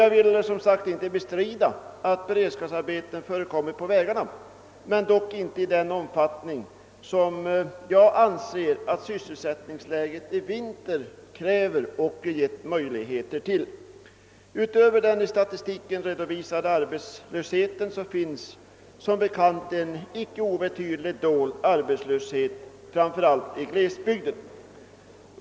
Jag vill inte bestrida att vägbyggande som beredskapsarbete har förekommit, dock inte i den omfattning som jag anser att sysselsättningsläget i vinter har krävt. Utöver den i statistiken redovisade arbetslösheten finns som bekant en icke obetydlig dold arbetslöshet framför allt i glesbygderna.